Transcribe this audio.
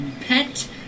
pet